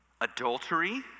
adultery